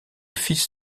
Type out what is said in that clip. fils